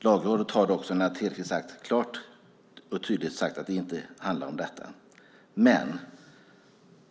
Lagrådet har dock klart och tydligt sagt att det inte handlar om det.